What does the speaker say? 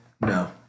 No